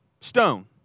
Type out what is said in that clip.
stone